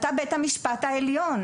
אתה בית המשפט העליון.